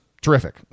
terrific